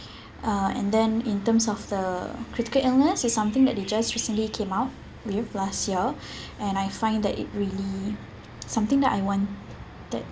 uh and then in terms of the critical illness it's something that they just recently came out with last year and I find that it really something that I want that